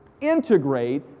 integrate